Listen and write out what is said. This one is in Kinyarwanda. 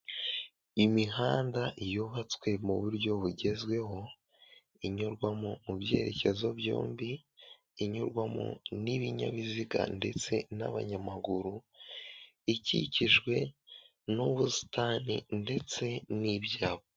Imihanda yubatswe mu buryo bugezweho inyurwamo mu byerekezo byombi, inyurwamo n'ibinyabiziga ndetse n'abanyamaguru, ikikijwe n'ubusitani ndetse n'ibyabo.